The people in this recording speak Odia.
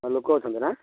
ହଁ ଲୋକ ଅଛନ୍ତିନା